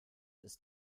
ist